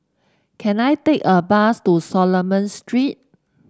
can I take a bus to Solomon Street